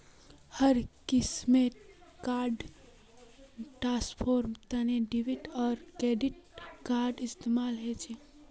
हर किस्मेर फंड ट्रांस्फरेर तने डेबिट आर क्रेडिट कार्डेर इस्तेमाल ह छे